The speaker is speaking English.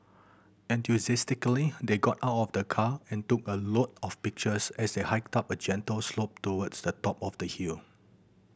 enthusiastically they got out of the car and took a lot of pictures as they hiked up a gentle slope towards the top of the hill